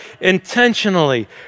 intentionally